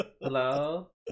Hello